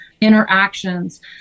interactions